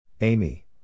Amy